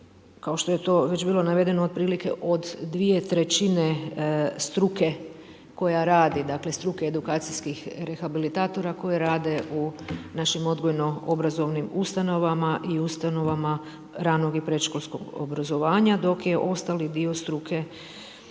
kao što je to već bilo navedeno otprilike 2/3 struke koja radi, dakle struke edukacijskih rehabilitatora koji rade u našim odgojno obrazovnim ustanovama i ustanovama radnog i predškolskog obrazovanja dok je ostali dio struke